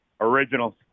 Originals